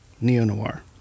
neo-noir